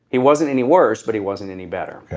he wasn't any worse but he wasn't any better.